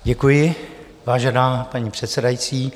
Děkuji, vážená paní předsedající.